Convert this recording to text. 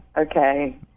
okay